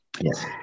Yes